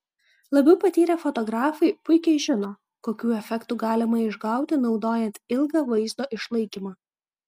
labiau patyrę fotografai puikiai žino kokių efektų galima išgauti naudojant ilgą vaizdo išlaikymą